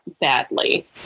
badly